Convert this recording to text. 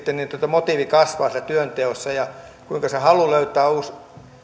töihin motiivi kasvaa siellä työnteossa ja kuinka se halu löytää uusi